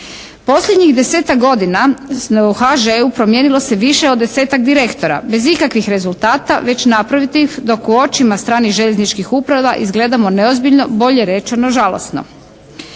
Posljednjih desetak godina u HŽ-u promijenilo se više od 10-tak direktora bez ikakvih rezultata već naprotiv dok u očima stranih željezničkih uprava izgledamo neozbiljno, bolje rečeno žalosno.